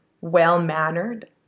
well-mannered